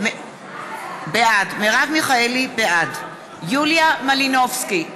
בעד יוליה מלינובסקי,